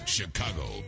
Chicago